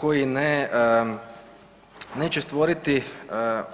Koji neće stvoriti